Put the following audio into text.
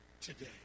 today